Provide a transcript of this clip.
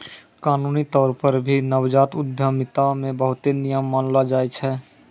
कानूनी तौर पर भी नवजात उद्यमिता मे बहुते नियम मानलो जाय छै